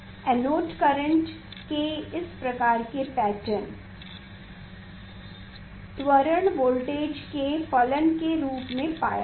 anode current के इस प्रकार के पैटर्न त्वरण वोल्टेज के फलन के रूप में पाया गया